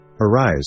Arise